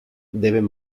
deben